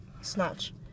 snatch